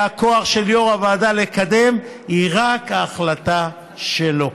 והכוח של יו"ר הוועדה, לקדם, זו רק ההחלטה שלו.